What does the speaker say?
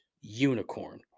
unicorn